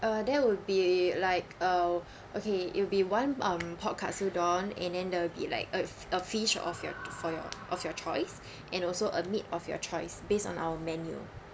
uh there will be like uh okay it'll be one um pork katsu don and then there will be like a a fish of your for your of your choice and also a meat of your choice based on our menu